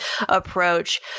approach